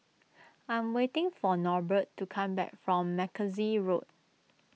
I'm waiting for Norbert to come back from Mackenzie Road